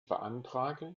beantrage